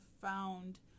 found